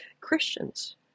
Christians